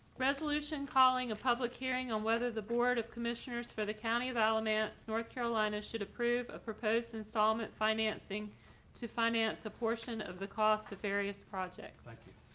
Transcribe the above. resolution calling a public hearing on whether the board of commissioners for the county of alamance north carolina should approve a proposed installment financing to finance a portion of the cost of various projects. like yeah